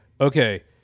okay